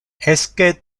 esque